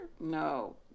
no